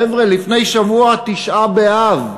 חבר'ה, לפני שבוע, תשעה באב,